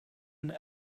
and